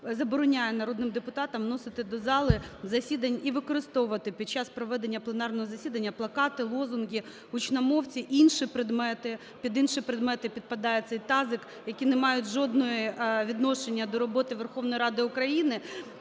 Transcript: забороняє народним депутатам вносити до зали засідань і використовувати під час проведення пленарного засідання плакати, лозунги, гучномовці, інші предмети (під "інші предмети" підпадає цей тазик, який не має жодного відношення до роботи Верховної Ради України)